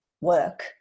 work